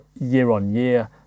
year-on-year